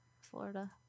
Florida